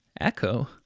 Echo